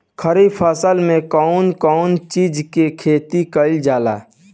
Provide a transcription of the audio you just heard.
खरीफ फसल मे कउन कउन चीज के खेती कईल जाला?